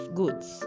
goods